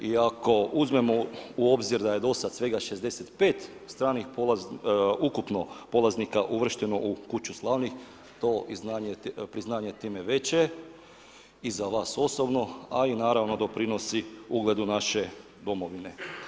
I ako uzmemo u obzir da je do sada svega 65 ukupno polaznika uvršteno u Kuću slavnih to je priznanje time veće i za vas osobno, a naravno doprinosi ugledu naše domovine.